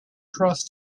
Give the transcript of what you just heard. trusts